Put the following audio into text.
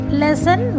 lesson